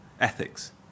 ethics